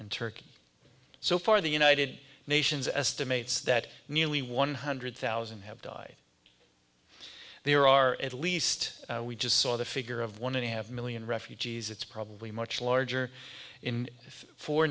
and turkey so far the united nations estimates that nearly one hundred thousand have died there are at least we just saw the figure of one and a half million refugees it's probably much larger in four